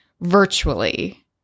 virtually